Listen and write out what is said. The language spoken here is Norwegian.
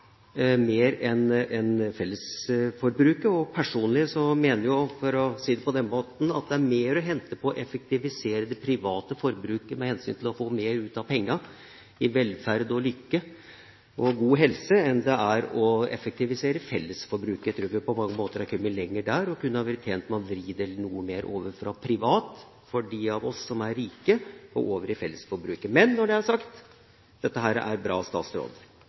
mer enn fellesforbruket. Personlig mener jeg at det – med hensyn til å få mer ut av pengene i velferd, lykke og god helse, for å si det på den måten – er mer å hente på å effektivisere det private forbruket enn på å effektivisere fellesforbruket. Jeg tror vi på mange måter er kommet lenger der og kunne ha vært tjent med å vri dette noe mer over fra privat forbruk – for dem av oss som er rike – og over i fellesforbruket. Men når det er sagt: Dette er bra, statsråd!